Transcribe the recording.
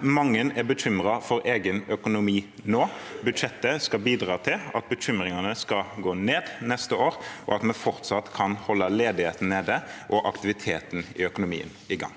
Mange er bekymret for egen økonomi nå. Budsjettet skal bidra til at bekymringene skal gå ned neste år, og at vi fortsatt kan holde ledigheten nede og aktiviteten i økonomien i gang.